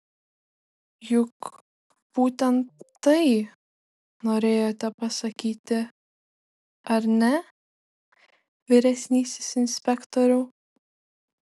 juk būtent tai norėjote pasakyti ar ne vyresnysis inspektoriau